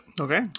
Okay